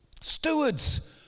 stewards